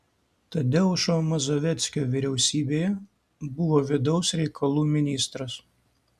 tadeušo mazoveckio vyriausybėje buvo vidaus reikalų ministras